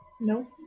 No